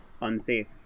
unsafe